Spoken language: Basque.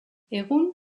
egun